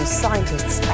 scientists